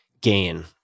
gain